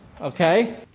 okay